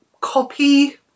copy